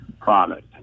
product